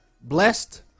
blessed